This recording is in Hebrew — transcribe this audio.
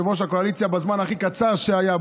יושב-ראש הקואליציה בזמן הכי קצר שהיה,